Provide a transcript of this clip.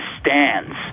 stands